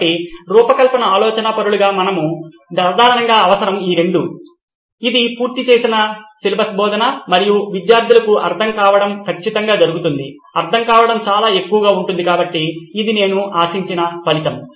కాబట్టి రూపకల్పన ఆలోచనాపరులుగా మనకు సాధారణంగా అవసరం ఈ రెండు ఇది పూర్తి సిలబస్ బోధన మరియు విద్యార్థులకు అర్థం కావడం ఖచ్చితంగా జరుగుతుంది అర్థం కావడం చాలా ఎక్కువగా ఉంటుంది కాబట్టి ఇది నేను ఆశించిన ఫలితం